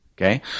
Okay